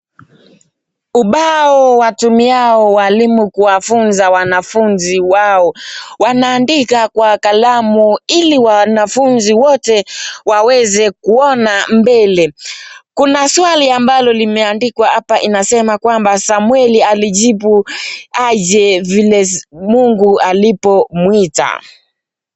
Ubao watumiao walimu kuwafunza wanafunzi wao wanaandika kwa kalamu ili wanafunzi wote waweze kuona mbele. Kuna swali ambalo limeandikwa hapa inasema kwamba Samueli alijibu aje vile mungu alimuita.